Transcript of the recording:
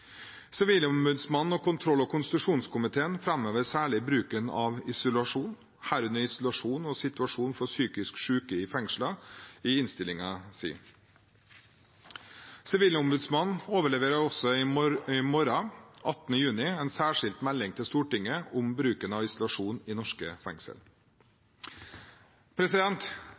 Sivilombudsmannen og kontroll- og konstitusjonskomiteen framhever særlig bruken av isolasjon, herunder isolasjon og situasjonen for psykisk syke i fengslene. Sivilombudsmannen overleverer også i morgen, 18. juni, en særskilt melding til Stortinget om bruken av isolasjon i norske